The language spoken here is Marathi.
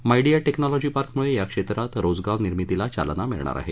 मायडीया टेक्नोलॉजी पार्कमुळे या क्षेत्रात रोजगार निर्मितीला चालना मिळणार आहे